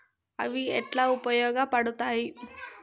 అవి ఎట్లా ఉపయోగ పడతాయి?